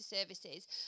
services